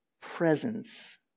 presence